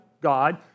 God